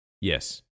Yes